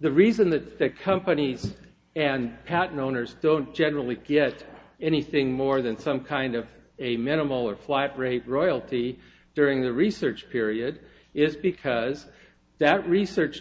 the reason that the companies and patent owners don't generally get anything more than some kind of a minimal or flat rate royalty during the research period is because that research